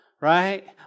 right